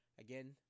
Again